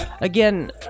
again